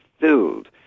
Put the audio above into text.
filled